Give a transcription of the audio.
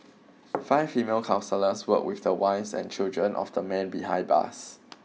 five female counsellors worked with the wives and children of the men behind bars